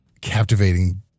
captivating